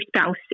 spouse